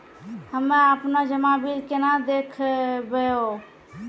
हम्मे आपनौ जमा बिल केना देखबैओ?